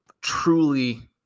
truly